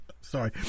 Sorry